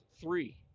three